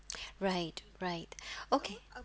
right right okay